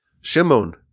Shimon